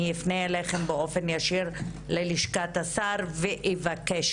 אני אפנה אליכם באופן ישיר ללשכת השר ואבקש